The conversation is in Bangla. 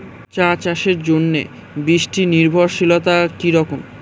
চা চাষের জন্য বৃষ্টি নির্ভরশীলতা কী রকম?